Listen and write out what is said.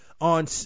on